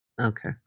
Okay